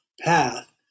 path